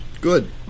Good